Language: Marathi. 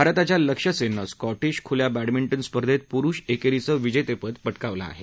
भारताच्या लक्ष्य सेननं स्कॉटिश खुल्या बॅडमिंटन स्पर्धेत पुरुष एकेरीच विजेतं पद पटकावलं आहे